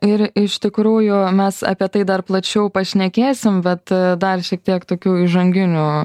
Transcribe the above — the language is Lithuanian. ir iš tikrųjų mes apie tai dar plačiau pašnekėsim bet dar šiek tiek tokių įžanginių